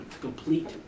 complete